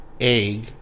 egg